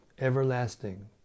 everlasting